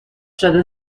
شده